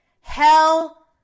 hell